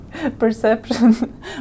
perception